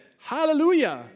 Hallelujah